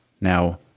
Now